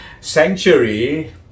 sanctuary